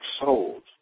souls